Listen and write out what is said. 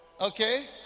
okay